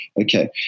Okay